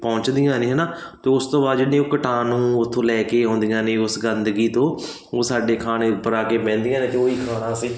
ਪਹੁੰਚਦੀਆਂ ਨੇ ਹੈ ਨਾ ਅਤੇ ਉਸ ਤੋਂ ਬਾਅਦ ਜਿਹੜੇ ਉਹ ਕੀਟਾਣੂ ਉੱਥੋਂ ਲੈ ਕੇ ਆਉਂਦੀਆਂ ਨੇ ਉਸ ਗੰਦਗੀ ਤੋਂ ਉਹ ਸਾਡੇ ਖਾਣੇ ਉੱਪਰ ਆ ਕੇ ਬਹਿੰਦੀਆਂ ਨੇ ਅਤੇ ਉਹ ਹੀ ਖਾਣਾ ਅਸੀਂ